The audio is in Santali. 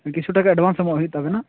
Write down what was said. ᱠᱤᱪᱷᱩ ᱴᱟᱠᱟ ᱮᱰᱵᱷᱟᱥᱱᱥ ᱮᱢᱚᱜ ᱦᱩᱭᱩᱜ ᱛᱟᱵᱮᱱᱟ